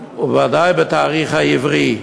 ובוודאי בתאריך העברי.